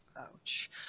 Ouch